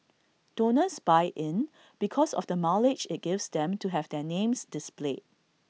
donors buy in because of the mileage IT gives them to have their names displayed